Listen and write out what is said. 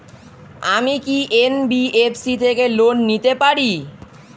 আমি কি এন.বি.এফ.সি থেকে লোন নিতে পারি?